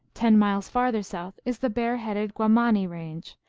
ten miles farther south is the bare-headed guamani range,